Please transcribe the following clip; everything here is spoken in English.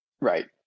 right